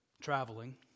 traveling